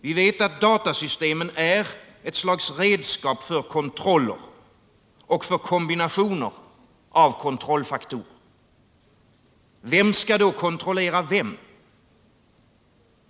Vi vet att datasystemen är ett slags redskap för kontroller och för kombinationer av kontrollfaktorer. Vem skall då kontrollera vem?